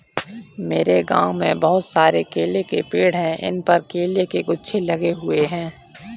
मेरे गांव में बहुत सारे केले के पेड़ हैं इन पर केले के गुच्छे लगे हुए हैं